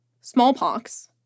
smallpox